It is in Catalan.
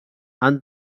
han